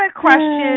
question